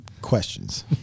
questions